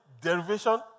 derivation